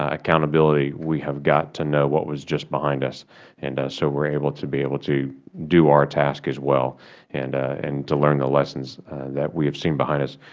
ah accountability, we have got to know what was just behind us and us so we are able to be able to do our task as well and and to learn the lessons that we have seen behind us.